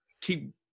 keep